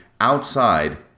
outside